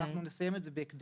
אנחנו נסיים את זה בהקדם.